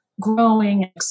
growing